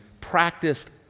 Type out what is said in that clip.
practiced